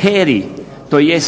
HERA-i tj.